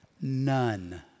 None